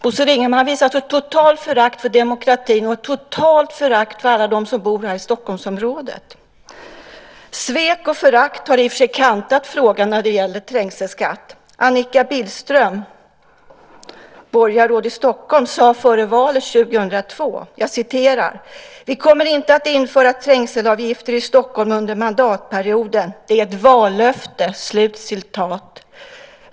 Bosse Ringholm visar ett totalt förakt för demokratin och för alla dem som bor i Stockholmsområdet. Svek och förakt har i och för sig kantat frågan om trängselskatt. Annika Billström, borgarråd i Stockholm, sade före valet 2002: Vi kommer inte att införa trängselavgifter i Stockholm under mandatperioden. Det är ett vallöfte.